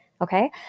Okay